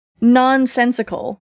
nonsensical